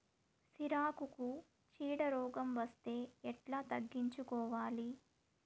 సిరాకుకు చీడ రోగం వస్తే ఎట్లా తగ్గించుకోవాలి?